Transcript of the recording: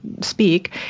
speak